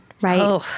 right